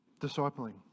discipling